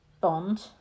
Bond